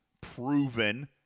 proven